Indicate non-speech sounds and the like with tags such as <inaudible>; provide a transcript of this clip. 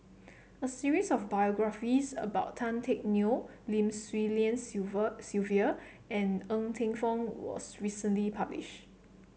a series of biographies about Tan Teck Neo Lim Swee Lian <unintelligible> Sylvia and Ng Teng Fong was recently published